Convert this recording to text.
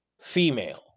female